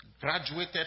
graduated